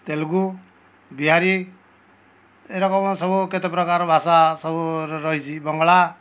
ତେଲୁଗୁ ବିହାରୀ ଏ ରକମ ସବୁ କେତେ ପ୍ରକାର ଭାଷା ସବୁ ରହିଛି ବଙ୍ଗଳା